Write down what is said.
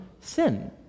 sin